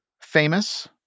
famous